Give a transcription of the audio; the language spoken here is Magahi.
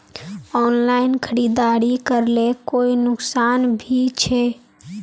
ऑनलाइन खरीदारी करले कोई नुकसान भी छे?